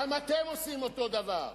גם אתם עושים אותו דבר.